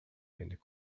and